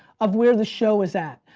of where the show is at?